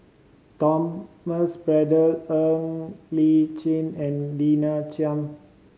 Thomas Braddell Ng Li Chin and Lina Chiam